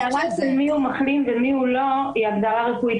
ההגדרה של מיהו מחלים ומיהו לא היא הגדרה רפואית.